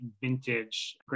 vintage